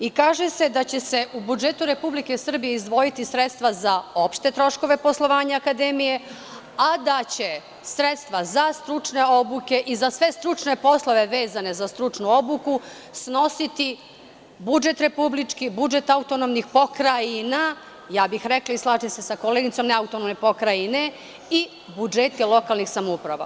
I, kaže se da će se u budžetu Republike Srbije izdvojiti sredstva za opšte troškove poslovanja akademije, a da će sredstva za stručne obuke i za sve stručne poslove vezane za stručnu obuku snositi budžet republički, budžet autonomnih pokrajina, ja bih rekla i slažem se sa koleginicom, ne autonomne pokrajine, i budžeti lokalnih samouprava.